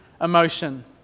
emotion